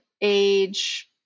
age